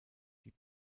die